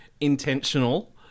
intentional